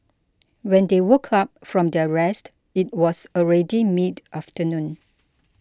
when they woke up from their rest it was already midafternoon